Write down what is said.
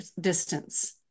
distance